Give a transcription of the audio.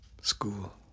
school